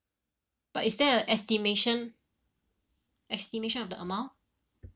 but is there a estimation estimation of the amount